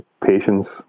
patience